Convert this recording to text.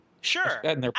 Sure